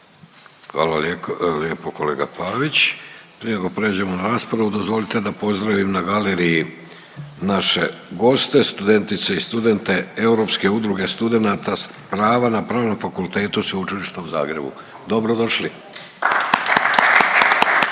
Hvala lijepa kolega Pavić. Prije nego pređemo na raspravu dozvolite da pozdravim na galeriji naše goste, studentice i studente Europske udruge studenata prava na Prava fakultetu Sveučilišta u Zagrebu. Dobrodošli.